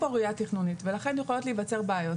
ולכן יכולות להיוותר בעיות,